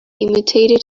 imitated